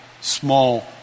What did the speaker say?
small